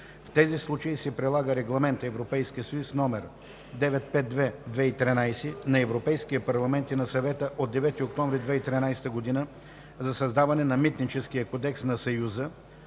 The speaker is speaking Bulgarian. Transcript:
В тези случаи се прилага Регламент (ЕС) № 952/2013 на Европейския парламент и на Съвета от 9 октомври 2013 г. за създаване на Митническия кодекс на Съюза